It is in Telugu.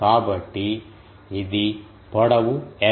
కాబట్టి ఇది పొడవు l